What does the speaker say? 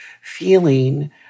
feeling